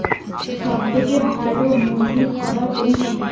সবথেকে ভালো মুরগির খাবার কোনটি?